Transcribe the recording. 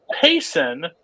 Payson